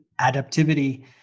adaptivity